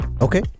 Okay